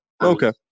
Okay